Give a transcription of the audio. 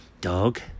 Dog